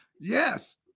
Yes